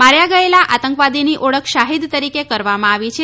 માયા ગયેલા આતંકીની ઓળખ શાહીદ તરીકે કરવામાં આવી છે